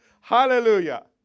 Hallelujah